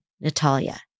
Natalia